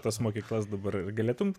tas mokyklas dabar ar galėtum